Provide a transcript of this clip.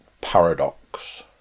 Paradox